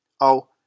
Oh